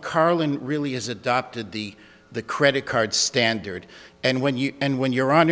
carlin really is adopted the the credit card standard and when you and when your hon